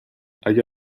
اگه